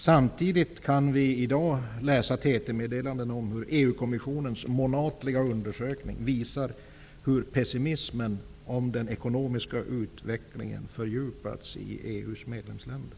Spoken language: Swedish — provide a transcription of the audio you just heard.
Samtidigt kan vi i dag läsa TT meddelanden om hur EU-kommissionens månatliga undersökning visar hur pessimismen om den ekonomiska utvecklingen fördjupats i EU:s medlemsländer.